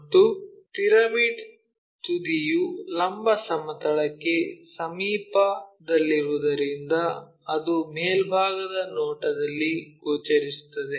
ಮತ್ತು ಪಿರಮಿಡ್ನ ತುದಿಯು ಲಂಬ ಸಮತಲಕ್ಕೆ ಸಮೀಪದಲ್ಲಿರುವುದರಿಂದ ಅದು ಮೇಲ್ಭಾಗದ ನೋಟದಲ್ಲಿ ಗೋಚರಿಸುತ್ತದೆ